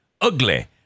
ugly